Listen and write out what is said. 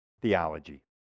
theology